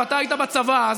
ואתה היית בצבא אז,